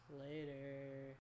Later